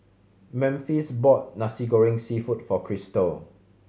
Memphis bought Nasi Goreng Seafood for Krystle